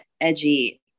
edgy